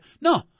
No